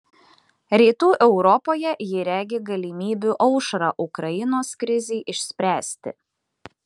rytų europoje ji regi galimybių aušrą ukrainos krizei išspręsti